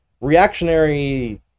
reactionary